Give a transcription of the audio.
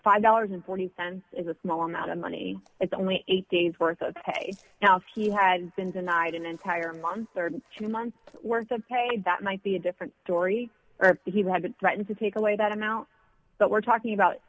zero dollars forty cents is a small amount of money it's only eight dollars days worth of pay now if he had been denied an entire month rd two months worth of pay that might be a different story he would have been threatened to take away that amount but we're talking about